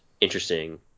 interesting